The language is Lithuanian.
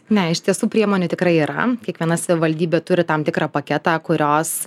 ne iš tiesų priemonių tikrai yra kiekviena savivaldybė turi tam tikrą paketą kurios